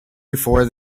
before